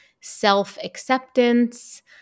self-acceptance